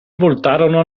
voltarono